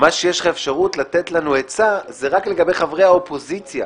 יש לך אפשרות לתת לנו עצה רק לגבי חברי האופוזיציה.